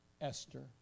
Esther